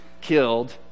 killed